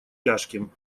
тяжким